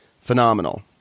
phenomenal